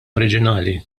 oriġinali